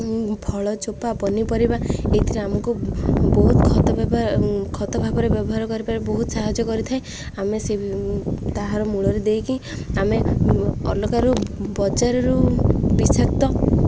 ଫଳ ଚୋପା ପନିପରିବା ଏଇଥିରେ ଆମକୁ ବହୁତ ଖତ ଖତ ଭାବରେ ବ୍ୟବହାର କରିିବାରେ ବହୁତ ସାହାଯ୍ୟ କରିଥାଏ ଆମେ ସେ ତାହାର ମୂଳରେ ଦେଇକି ଆମେ ଅଲଗାରୁ ବଜାରରୁ ବିଷାକ୍ତ